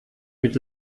mit